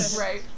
Right